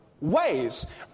ways